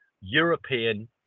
European